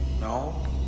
no